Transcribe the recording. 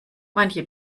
manche